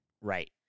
right